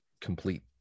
complete